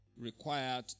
required